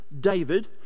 David